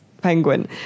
Penguin